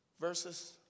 Verses